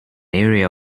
area